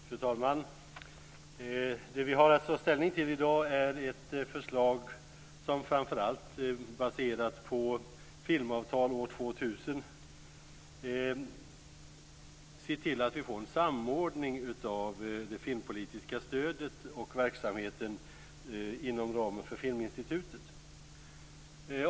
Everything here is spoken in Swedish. Fru talman! Det vi har att ta ställning till i dag är ett förslag som framför allt är baserat på filmavtalet för år 2000. Det gäller att se till att vi får en samordning av det filmpolitiska stödet och verksamheten inom ramen för Filminstitutet.